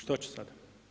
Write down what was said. Što će sada?